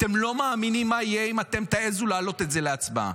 אתם לא מאמינים מה יהיה אם אתם תעזו לעלות את זה להצבעה.